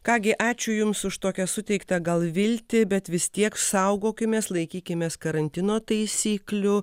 ką gi ačiū jums už tokią suteiktą gal viltį bet vis tiek saugokimės laikykimės karantino taisyklių